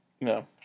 No